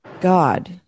God